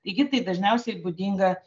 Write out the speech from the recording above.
taigi tai dažniausiai būdinga